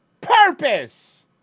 purpose